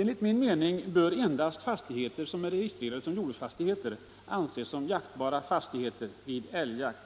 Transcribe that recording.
Enligt min mening bör endast fastigheter, som är registrerade som jordbruksfastigheter, anses som jaktbara fastigheter vid älgjakt